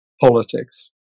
politics